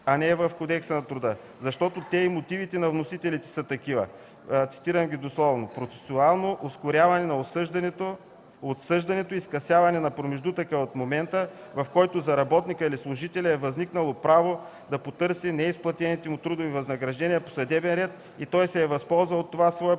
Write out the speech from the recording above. а не в Кодекса на труда. Защото и мотивите на вносителите са такива, цитирам ги дословно: „Процесуално ускоряване на отсъждането и скъсяването на промеждутъка от момента, в който за работника или служителя е възникнало право да потърси неизплатените му трудови възнаграждения по съдебен ред и той се възползва от това свое